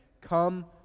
come